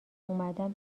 اومدم